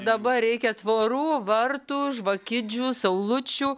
dabar reikia tvorų vartų žvakidžių saulučių